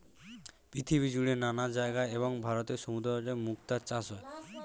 পৃথিবীজুড়ে নানা জায়গায় এবং ভারতের সমুদ্রতটে মুক্তার চাষ হয়